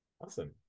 Awesome